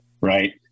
right